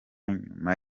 nyuma